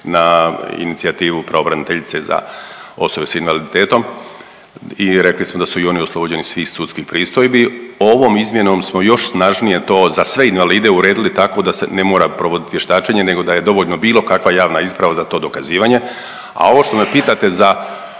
na inicijativu pravobraniteljice za osobe s invaliditetom i rekli smo da su i oni oslobođenih svih sudskih pristojbi. Ovom izmjenom smo još snažnije to za sve invalide uredili tako da se ne mora provoditi vještačenje nego da je dovoljno bilo kakva javna isprava za to dokazivanje. A ovo što me pitate za